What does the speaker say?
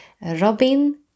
Robin